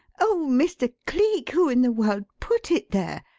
oh, mr. cleek, who in the world put it there?